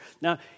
Now